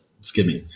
skimming